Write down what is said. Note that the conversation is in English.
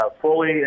fully